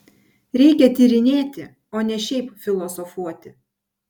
reikia tyrinėti o ne šiaip filosofuoti